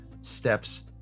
steps